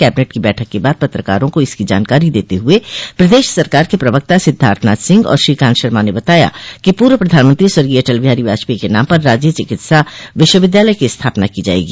cabinet की बैठक के बाद पत्रकारों को इसकी जानकारी देते हुए प्रदेश सरकार के प्रवक्ता सिद्धार्थनाथ सिंह और श्रीकांत शर्मा ने बताया कि पूर्व प्रधानमंत्री स्वर्गीय अटल बिहारी वाजपेई के नाम पर राज्य चिकित्सा विश्वविद्यालय की स्थापना की जायेगी